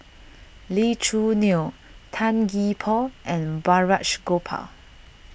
Lee Choo Neo Tan Gee Paw and Balraj Gopal